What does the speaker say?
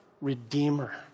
Redeemer